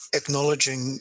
acknowledging